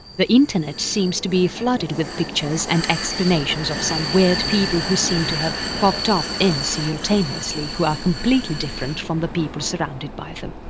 the internet seems to be flooded with pictures and explanations of some weird people who seem to have popped-up in simultaneously who are completely different from the people surrounded by them.